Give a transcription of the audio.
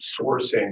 sourcing